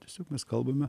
tiesiog mes kalbame